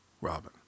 Robin